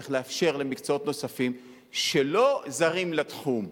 צריך לאפשר למקצועות נוספים שלא זרים לתחום.